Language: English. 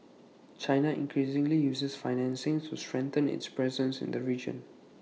China increasingly uses financing to strengthen its presence in the region